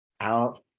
out